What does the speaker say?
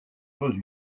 pose